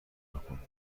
بکن